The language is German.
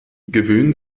gewöhnen